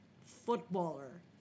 footballer